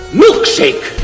milkshake